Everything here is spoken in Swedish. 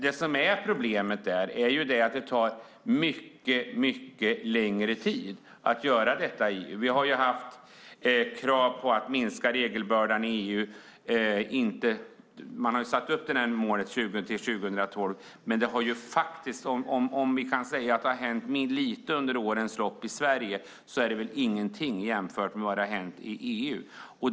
Det som är problemet där är att det tar mycket längre tid att göra detta i EU. Vi har haft krav på att minska regelbördan i EU. Man har satt upp ett mål till 2012. Om vi kan säga att det har hänt lite under årens lopp i Sverige är det ingenting jämfört vad som har hänt i EU.